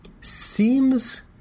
seems